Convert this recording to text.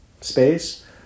space